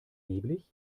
nebelig